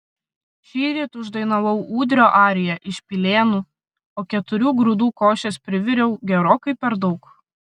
šįryt uždainavau ūdrio ariją iš pilėnų o keturių grūdų košės priviriau gerokai per daug